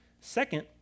Second